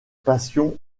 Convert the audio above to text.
passions